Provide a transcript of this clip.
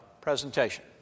presentation